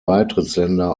beitrittsländer